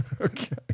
Okay